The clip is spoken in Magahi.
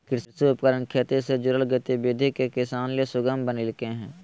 कृषि उपकरण खेती से जुड़ल गतिविधि के किसान ले सुगम बनइलके हें